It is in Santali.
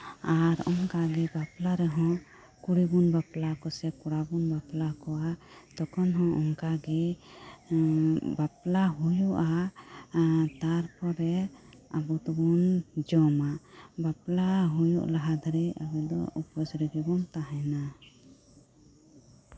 ᱟᱨ ᱵᱟᱯᱞᱟ ᱨᱮᱦᱚᱸ ᱠᱩᱲᱤ ᱵᱚᱱ ᱵᱟᱯᱞᱟ ᱠᱚᱣᱟ ᱥᱮ ᱠᱚᱲᱟ ᱵᱚᱱ ᱵᱟᱯᱞᱟ ᱠᱚᱣᱟ ᱛᱚᱠᱷᱚᱱ ᱦᱚᱸ ᱚᱱᱠᱟᱜᱮ ᱵᱟᱯᱞᱟ ᱦᱩᱭᱩᱜᱼᱟ ᱛᱟᱨᱯᱚᱨᱮ ᱟᱵᱚ ᱫᱚᱵᱚᱱ ᱡᱚᱢᱼᱟ ᱵᱟᱯᱞᱟ ᱦᱩᱭᱩᱜ ᱞᱟᱦᱟ ᱫᱷᱟᱹᱵᱤᱡ ᱟᱵᱚ ᱫᱚ ᱩᱯᱟᱹᱥ ᱨᱮᱜᱮ ᱵᱚᱱ ᱛᱟᱸᱦᱮᱱᱟ